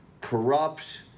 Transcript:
corrupt